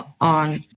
on